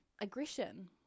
aggression